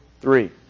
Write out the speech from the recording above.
three